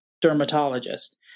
dermatologist